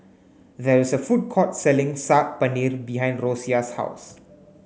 there is a food court selling Saag Paneer behind Rosia's house